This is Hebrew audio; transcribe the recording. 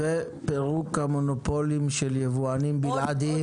ופירוק המונופולים של יבואנים בלעדיים.